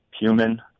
human